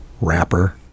rapper